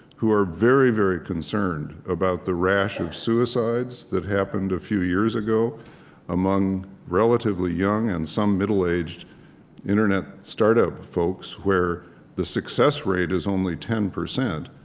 who are very, very concerned about the rash of suicides that happened a few years ago among relatively young and some middle-aged internet startup folks where the success rate is only ten percent.